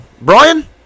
Brian